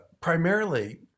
primarily